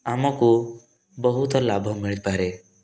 ଆମକୁ ବହୁତ ଲାଭ ମିଳିପାରେ